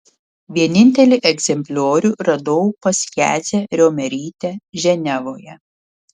vienintelį egzempliorių radau pas jadzią riomerytę ženevoje